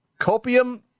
copium